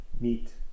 meet